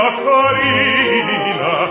carina